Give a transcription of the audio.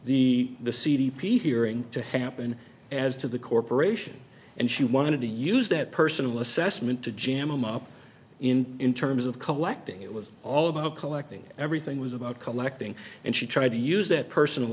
allowed the c d p hearing to happen as to the corporation and she wanted to use that personal assessment to jam him up in in terms of collecting it was all about collecting everything was about collecting and she tried to use that personal